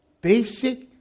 basic